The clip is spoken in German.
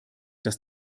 dass